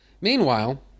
Meanwhile